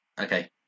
Okay